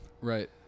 Right